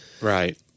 Right